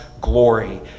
glory